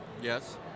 Yes